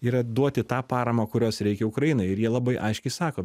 yra duoti tą paramą kurios reikia ukrainai ir jie labai aiškiai sako